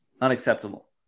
unacceptable